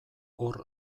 hor